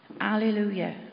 Alleluia